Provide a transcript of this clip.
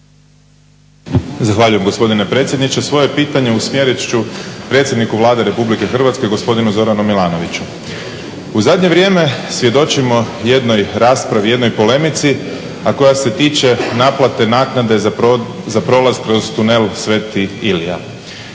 Zahvaljujem gospodine predsjedniče. Svoje pitanje usmjerit ću predsjedniku Vlade RH gospodinu Zoranu Milanoviću. U zadnje vrijeme svjedočimo jednoj raspravi, jednoj polemici a koja se tiče naplate naknade za prolaz kroz tunel Sv. Ilija.